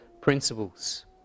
principles